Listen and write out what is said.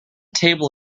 table